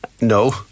No